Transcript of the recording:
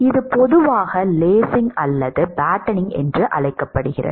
இது பொதுவாக லேசிங் அல்லது பேட்டனிங் என்று அழைக்கப்படுகிறது